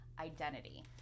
identity